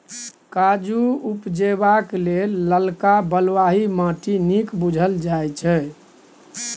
काजु उपजेबाक लेल ललका बलुआही माटि नीक बुझल जाइ छै